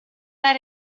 era